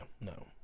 no